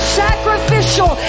sacrificial